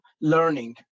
learning